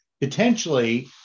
potentially